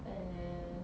uh